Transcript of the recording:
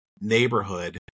neighborhood